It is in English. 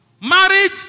married